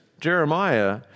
Jeremiah